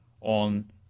on